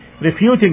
Refuting